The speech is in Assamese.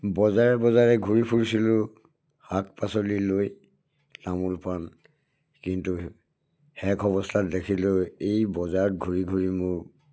বজাৰে বজাৰে ঘূৰি ফুৰিছিলোঁ শাক পাচলি লৈ তামোল পাণ কিন্তু শেষ অৱস্থাত দেখিলোঁ এই বজাৰত ঘূৰি ঘূৰি মোৰ